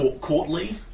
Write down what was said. courtly